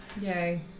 Yay